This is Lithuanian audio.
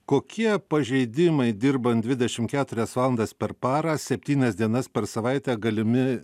kokie pažeidimai dirbant dvidešim keturias valandas per parą septynias dienas per savaitę galimi